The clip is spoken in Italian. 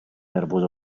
nervoso